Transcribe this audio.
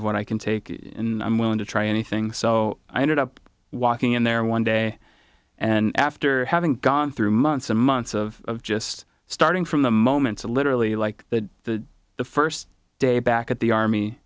of what i can take in i'm willing to try anything so i ended up walking in there one day and after having gone through months and months of just starting from the moment to literally like that the first day back at the army